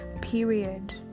period